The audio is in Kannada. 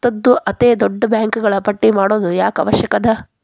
ಭಾರತದ್ದು ಅತೇ ದೊಡ್ಡ ಬ್ಯಾಂಕುಗಳ ಪಟ್ಟಿ ಮಾಡೊದು ಯಾಕ್ ಅವಶ್ಯ ಅದ?